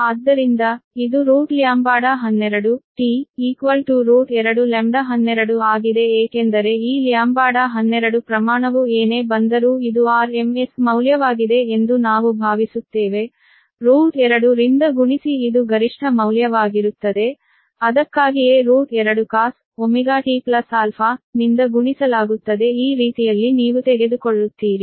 ಇದು ರೂಟ್ λ12 √2λ12 ಆಗಿದೆ ಏಕೆಂದರೆ ಈ λ12 ಪ್ರಮಾಣವು ಏನೇ ಬಂದರೂ ಇದು RMS ಮೌಲ್ಯವಾಗಿದೆ ಎಂದು ನಾವು ಭಾವಿಸುತ್ತೇವೆ ಆದ್ದರಿಂದ √2 ಗುಣಿಸಿ ಇದು ಗರಿಷ್ಠ ಮೌಲ್ಯವಾಗಿರುತ್ತದೆ ಅದಕ್ಕಾಗಿಯೇ √2 cos⁡〖ωtα〗ನಿಂದ ಗುಣಿಸಲಾಗುತ್ತದೆ ಈ ರೀತಿಯಲ್ಲಿ ನೀವು ತೆಗೆದುಕೊಳ್ಳುತ್ತೀರಿ